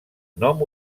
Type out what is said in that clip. nom